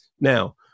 Now